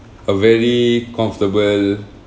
a very comfortable